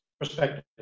perspective